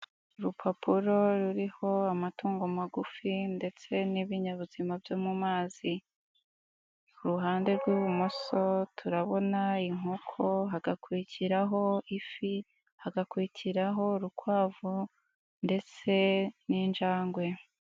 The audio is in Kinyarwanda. Urupapuro ruriho amatungo magufi ndetse n'ibinyabuzima byo mu mazi. Kuhande rw'ibumoso turabona inkoko hagakurikiraho ifi hagakurikiraho urukwavu ndetse n'injangwe.